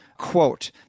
Quote